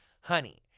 Honey